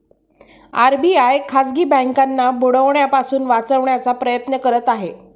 RBI खाजगी बँकांना बुडण्यापासून वाचवण्याचा प्रयत्न करत आहे